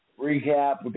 Recap